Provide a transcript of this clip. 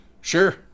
Sure